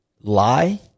lie